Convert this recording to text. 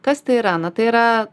kas tai yra na tai yra